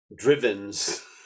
drivens